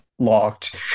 locked